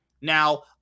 Now